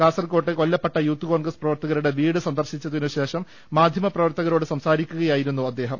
കാസർകോട് കൊല്ലപ്പെട്ട യൂത്ത് ക്രോൺഗ്രസ് പ്രവർത്തകരുടെ വീട് സന്ദർശിച്ചതിനുശേഷം മാധ്യമപ്രവർത്തകരോട് സംസാരിക്കുകയാ യിരുന്നു അദ്ദേഹം